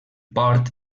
port